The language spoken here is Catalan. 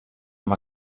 amb